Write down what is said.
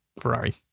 Ferrari